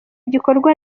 gikorwa